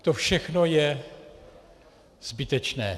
To všechno je zbytečné.